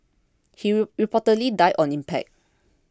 he reportedly died on impact